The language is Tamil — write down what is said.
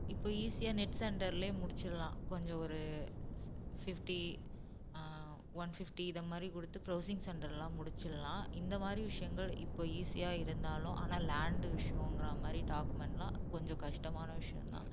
இப்போ ஈஸியா நெட் சென்டர்லயே முடிச்சிரலாம் கொஞ்சம் ஒரு ஃப்ஃப்டி ஒன் ஃப்ஃப்டி இத மாரி கொடுத்து ப்ரௌசிங் சென்டர்லாம் முடிச்சிரலாம் இந்த மாதிரி விஷயங்கள் இப்போ ஈஸியாக இருந்தாலும் ஆனால் லேண்டு விஷயோங்குறா மாதிரி டாக்குமெண்ட்லாம் கொஞ்சம் கஷ்டமான விஷயோம் தான்